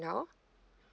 now